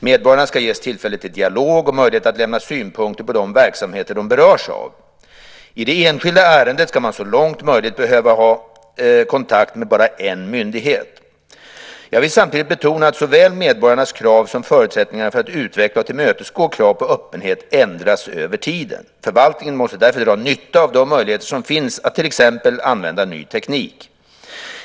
Medborgarna ska ges tillfälle till dialog och möjlighet att lämna synpunkter på de verksamheter de berörs av. I det enskilda ärendet ska man så långt möjligt behöva ha kontakt med bara en myndighet. Jag vill samtidigt betona att såväl medborgarnas krav som förutsättningarna för att utveckla och tillmötesgå krav på öppenhet ändras över tiden. Förvaltningen måste därför dra nytta av de möjligheter som finns att till exempel använda ny teknik.